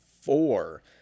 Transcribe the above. four